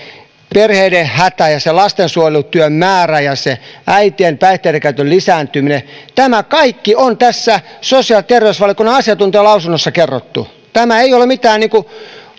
perheiden hätä ja se lastensuojelutyön määrä ja se äitien päihteidenkäytön lisääntyminen tämä kaikki on tässä sosiaali ja terveysvaliokunnan asiantuntijalausunnossa kerrottu tämä ei ole mitään sellaista